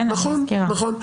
נכון.